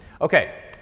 okay